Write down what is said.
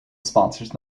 sponsors